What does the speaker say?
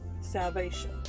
salvation